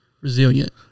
resilient